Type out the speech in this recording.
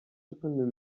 opened